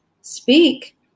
speak